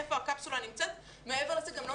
היכן הקפסולה נמצאת ומעבר לזה גם לא